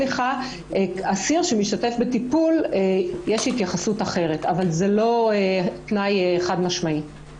אסיר שמשתתף בטיפול יש התייחסות אחרת אבל זה לא תנאי חד משמעי.